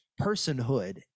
personhood